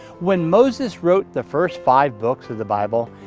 when moses wrote the first five books of the bible,